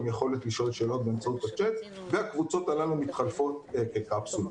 עם יכולת לשאול שאלות באמצעות הצ'ט והקבוצות הללו מתחלפות כקפסולות.